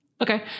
Okay